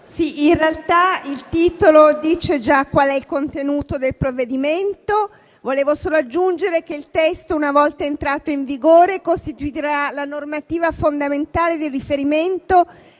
in realtà il titolo denuncia già il contenuto del provvedimento. Vorrei solo aggiungere che il testo, una volta entrato in vigore, costituirà la normativa fondamentale di riferimento